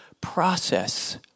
process